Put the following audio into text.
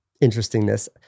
interestingness